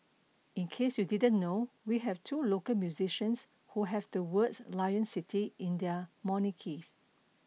in case you didn't know we have two local musicians who have the words 'Lion City' in their monikers